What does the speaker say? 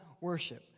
worship